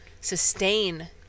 sustain